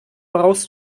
brauchst